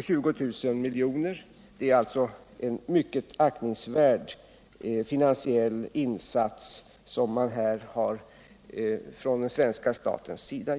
20000 milj.kr. Det är alltså en mycket aktningsvärd insats som gjorts här från den svenska statens sida.